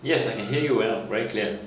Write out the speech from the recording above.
yes I can hear you well very clear